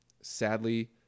Sadly